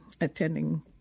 attending